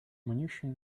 ammunition